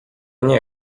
nie